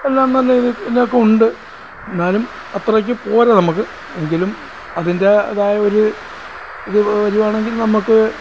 എല്ലാം നല്ലരീതീൽ ഒക്കെ ഉണ്ട് എന്നാലും അത്രയ്ക്ക് പോരാ നമുക്ക് എങ്കിലും അതിൻറ്റേതായ ഒരു ഇത് വരുകയാണെങ്കിൽ നമുക്ക്